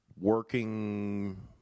working